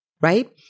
right